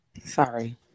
Sorry